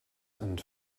and